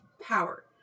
power